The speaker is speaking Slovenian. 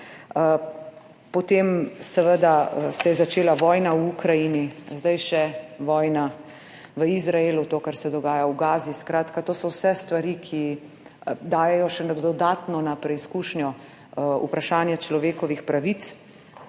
potem se je začela vojna v Ukrajini, zdaj še vojna v Izraelu, to, kar se dogaja v Gazi, skratka, to so vse stvari, ki dajejo še dodatno na preizkušnjo vprašanje človekovih pravic.